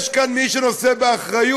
יש כאן מי שנושא באחריות,